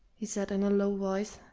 he said in a low voice,